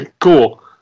Cool